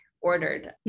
ordered